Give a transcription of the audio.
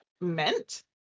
meant